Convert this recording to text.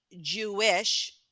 Jewish